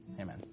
Amen